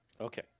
Okay